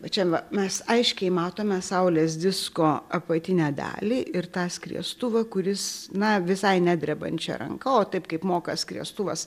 va čia va mes aiškiai matome saulės disko apatinę dalį ir tą skriestuvą kuris na visai nedrebančia ranka o taip kaip moka skriestuvas